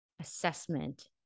assessment